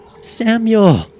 Samuel